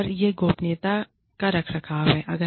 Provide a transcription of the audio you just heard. और यह गोपनीयता का रखरखाव है